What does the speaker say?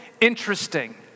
interesting